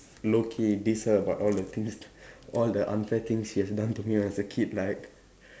low key diss her about all the things all the unfair things she has done to me as a kid like